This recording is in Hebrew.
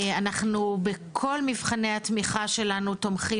אנחנו בכל מבחני התמיכה שלנו,